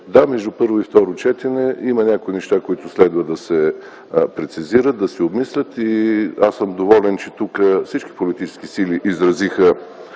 Да, между първо и второ четене има някои неща, които следва да се прецизират, да се обмислят. Аз съм доволен, че тук всички политически сили изразиха